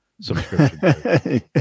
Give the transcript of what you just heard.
subscription